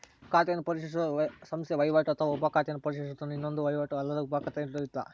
ಖಾತೆಯನ್ನು ಪರಿಶೀಲಿಸುವ ಸಂಸ್ಥೆ ವಹಿವಾಟು ಅಥವಾ ಉಪ ಖಾತೆಯನ್ನು ಪರಿಶೀಲಿಸುವುದು ಇನ್ನೊಂದು ವಹಿವಾಟು ಅಲ್ಲದ ಉಪಖಾತೆ ಎರಡು ಇರುತ್ತ